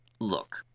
look